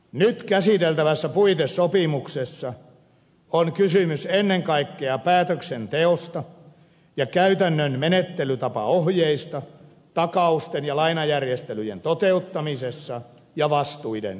nyt käsiteltävässä puitesopimuksessa on kysymys ennen kaikkea päätöksenteosta ja käytännön menettelytapaohjeista takausten ja lainajärjestelyjen toteuttamisessa ja vastuiden jakami sessa